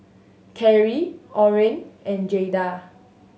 Karri Oren and Jayda